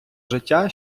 життя